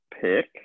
pick